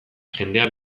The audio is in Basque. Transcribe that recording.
jendea